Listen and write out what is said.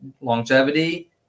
longevity